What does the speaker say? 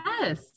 yes